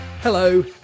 Hello